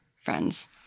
friends